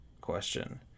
question